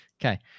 Okay